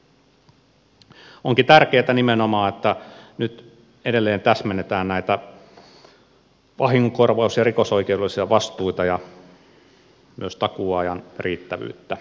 onkin tärkeätä nimenomaan että nyt edelleen täsmennetään näitä vahingonkorvaus ja rikosoikeudellisia vastuita ja myös takuuajan riittävyyttä